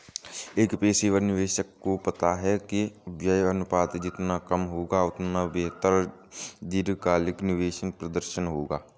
एक पेशेवर निवेशक को पता है कि व्यय अनुपात जितना कम होगा, उतना बेहतर दीर्घकालिक निवेश प्रदर्शन होगा